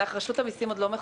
רשות המסים עוד לא מחוקקת.